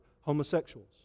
homosexuals